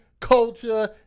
culture